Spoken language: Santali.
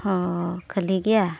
ᱦᱮᱸ ᱠᱷᱟᱹᱞᱤ ᱜᱮᱭᱟ